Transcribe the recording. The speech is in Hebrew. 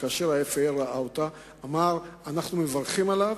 שכאשר ה-FAA ראה אותה הוא אמר: אנחנו מברכים עליה,